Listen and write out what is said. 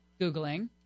googling